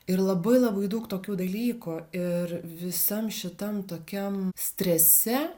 ir labai labai daug tokių dalykų ir visam šitam tokiam strese